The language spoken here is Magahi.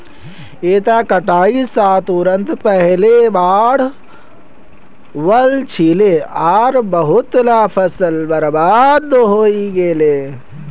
इता कटाई स तुरंत पहले बाढ़ वल छिले आर बहुतला फसल खराब हई गेले